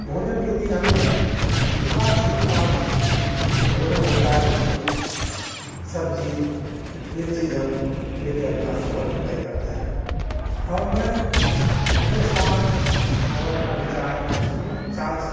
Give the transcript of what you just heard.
भोजन के लिए हमें सुपाच्य से सुपाच्य जो भोजन होता है रोटी सब्ज़ी यह चीज़ हम लेकर अपना सफ़र तय करते हैं और मैं अपने साथ मोबाइल का रिचार्ज चार्ज